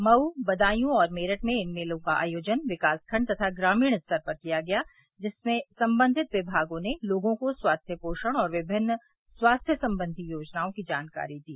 मऊ बदायू और मेरठ में इन मेलों का आयोजन विकासखंड तथा ग्रामीण स्तर पर किया गया जिसमें संबंधित विभागों ने लोगों को स्वास्थ्य पोषण और विभिन्न स्वास्थ्य संबंधी योजनाओं की जानकारी दी